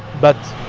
but